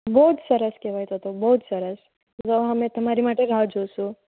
બહુ જ સરસ કહેવાય તો તો બહુ જ સરસ તો અમે તમારી માટે રાહ જોઈશું